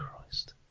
Christ